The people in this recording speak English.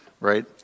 right